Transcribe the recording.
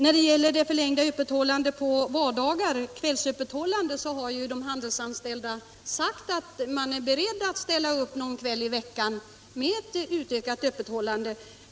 När det gäller förlängt öppethållande på vardagar har de handelsanställda sagt att de är beredda att ställa upp någon kväll i veckan med ökat öppethållande.